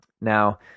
Now